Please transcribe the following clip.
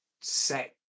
set